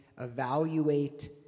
evaluate